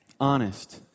Honest